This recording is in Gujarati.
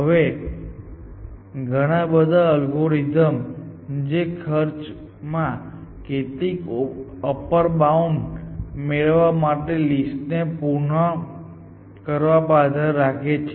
હવે ઘણા બધા અલ્ગોરિધમ જે ખર્ચમાં કેટલીક અપર બાઉન્ડ મેળવવા ઓપન લિસ્ટ ને પૃન કરવા પર આધાર રાખે છે